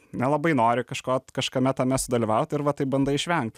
nelabai nori kažko kažkame tame sudalyvaut ir va taip bandai išvengt